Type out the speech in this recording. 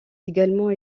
également